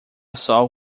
sol